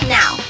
now